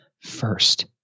first